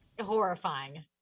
Horrifying